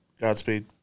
Godspeed